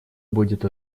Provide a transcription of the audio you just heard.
будет